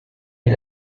est